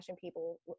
people